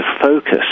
focus